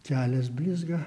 kelias blizga